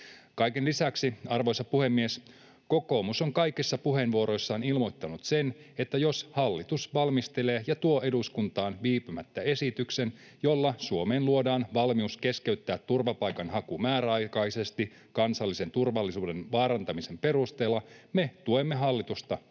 Kaiken lisäksi, arvoisa puhemies, kokoomus on kaikissa puheenvuoroissaan ilmoittanut sen, että jos hallitus valmistelee ja tuo eduskuntaan viipymättä esityksen, jolla Suomeen luodaan valmius keskeyttää turvapaikanhaku määräaikaisesti kansallisen turvallisuuden vaarantamisen perusteella, me tuemme hallitusta tässä